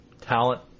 talent